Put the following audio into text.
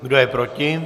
Kdo je proti?